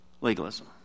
legalism